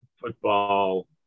football